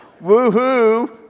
Woo-hoo